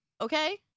okay